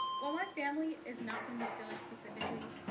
while my family is not from this village specifically,